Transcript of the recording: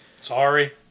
Sorry